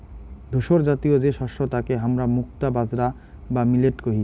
ধূসরজাতীয় যে শস্য তাকে হামরা মুক্তা বাজরা বা মিলেট কহি